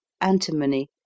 antimony